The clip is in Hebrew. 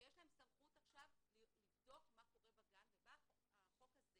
נותנים להם סמכות לבדוק מה קורה בגן ובא החוק הזה